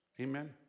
Amen